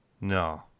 no